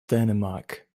dänemark